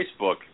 Facebook